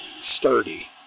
Sturdy